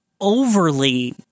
overly